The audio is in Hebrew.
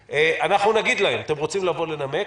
אנחנו נגיד להם: אתם רוצים לבוא ולנמק?